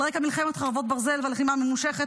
על רקע מלחמת חרבות ברזל והלחימה המתמשכת